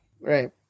Right